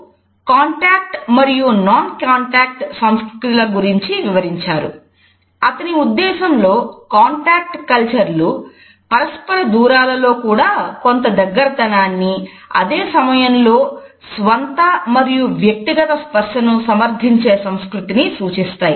hall పరస్పర దూరాలలో కూడా కొంత దగ్గరతనాన్ని అదే సమయంలో స్వంత మరియు వ్యక్తిగత స్పర్శను సమర్థించే సంస్కృతిని సూచిస్తాయి